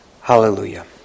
Hallelujah